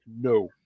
no